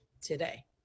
today